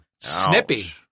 Snippy